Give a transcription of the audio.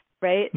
Right